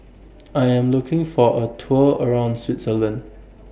I Am looking For A Tour around Switzerland